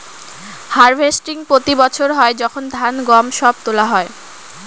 harvesting প্রতি বছর হয় যখন ধান, গম সব তোলা হয়